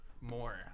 More